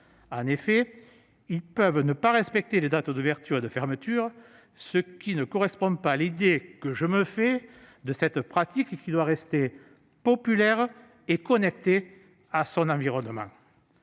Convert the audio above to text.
En effet, ils peuvent ne pas respecter les dates d'ouverture et de fermeture, ce qui ne correspond pas à l'idée que je me fais de cette pratique, qui doit rester populaire et connectée à son environnement.